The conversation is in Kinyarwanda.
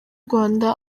rwanda